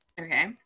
Okay